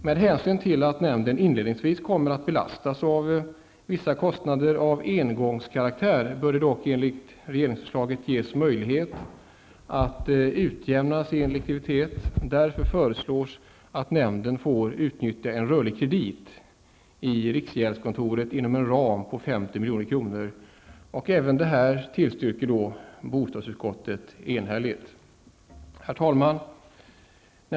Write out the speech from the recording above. Med hänsyn till att nämnden inledningsvis kommer att belastas av vissa kostnader av engångskaraktär bör den dock enligt regeringsförslag ges möjligheter att utjämna sin likviditet. Därför föreslås att nämnden får utnyttja en rörlig kredit i riksgäldskontoret inom en ram om 50 milj.kr. Även detta förslag tillstyrker bostadsutskottet enhälligt. Herr talman!